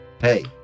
hey